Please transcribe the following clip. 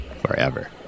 forever